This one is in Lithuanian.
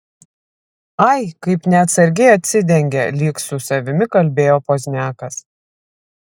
ai kaip neatsargiai atsidengė lyg su savimi kalbėjo pozniakas